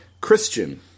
Christian